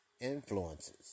Influences